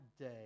day